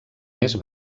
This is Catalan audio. més